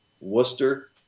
Worcester